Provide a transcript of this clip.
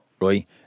right